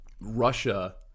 Russia